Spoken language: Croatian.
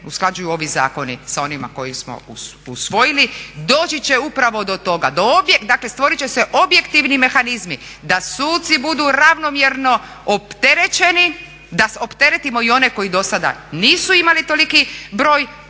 usklađuju ovi zakoni sa onima koje smo usvojili doći će upravo do toga, dakle stvorit će se objektivni mehanizmi da suci budu ravnomjerno opterećeni, da opteretimo i one koji do sada nisu imali toliki broj